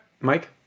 Mike